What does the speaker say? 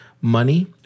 money